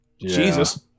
Jesus